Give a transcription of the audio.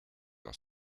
are